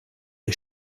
les